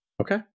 Okay